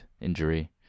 Injury